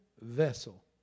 vessel